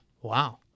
Wow